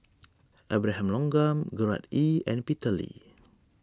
Abraham Logan Gerard Ee and Peter Lee